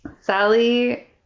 Sally